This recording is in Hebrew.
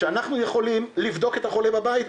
שאנחנו יכולים לבדוק את החולה בבית,